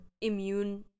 immune